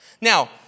Now